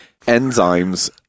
enzymes